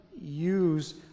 use